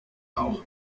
auch